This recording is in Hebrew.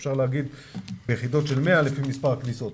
אפשר להגיד ביחידות של 100 לפי מספר הכניסות.